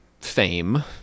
fame